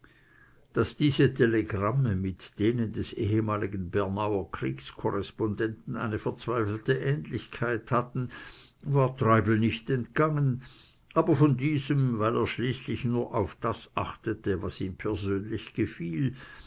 daß diese telegramme mit denen des ehemaligen bernauer kriegskorrespondenten eine verzweifelte ähnlichkeit hatten war treibel nicht entgangen aber von diesem weil er schließlich nur auf das achtete was ihm persönlich gefiel